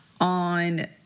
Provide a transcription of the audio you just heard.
on